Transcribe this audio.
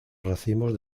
racimos